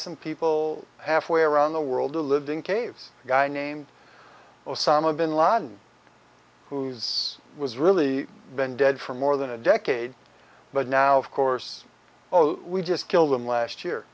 some people halfway around the world who lived in caves a guy named osama bin laden who is was really been dead for more than a decade but now of course we just kill them last year